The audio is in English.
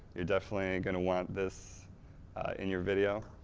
you're definitely going to want this in your video.